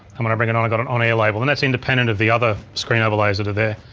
and when i bring it on i've got an on-air label and that's independent of the other screen overlays that are there.